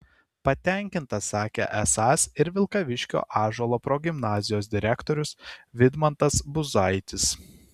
patenkintas sakė esąs ir vilkaviškio ąžuolo progimnazijos direktorius vidmantas buzaitis